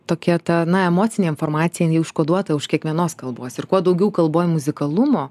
tokia ta na emocinė informacija užkoduota už kiekvienos kalbos ir kuo daugiau kalboj muzikalumo